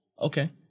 Okay